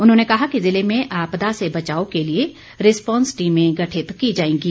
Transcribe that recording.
उन्होंने कहा कि जिले में आपदा से बचाव के लिए रिस्पांस टीमें गठित की जाएंगी